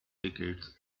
decades